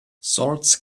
swords